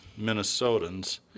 Minnesotans